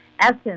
Essence